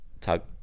talk